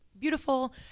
beautiful